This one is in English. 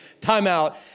Timeout